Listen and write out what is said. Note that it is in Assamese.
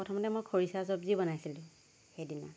প্ৰথমতে মই খৰিছা চব্জি বনাইছিলোঁ সেইদিনা